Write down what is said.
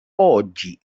oggi